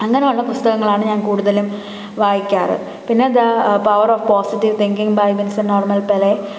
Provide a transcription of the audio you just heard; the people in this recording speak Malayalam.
അങ്ങനെയുള്ള പുസ്തകങ്ങളാണ് ഞാൻ കൂടുതലും വായിക്കാറ് പിന്നെ the power of positive thinking by Vincent Norman Pele